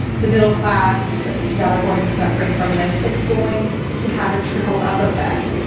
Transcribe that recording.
the middle class that are going to be suffering from this, it's going to have a trickle-up effect,